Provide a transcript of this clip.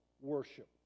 worship